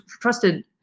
trusted